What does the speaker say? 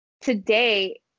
today